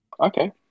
Okay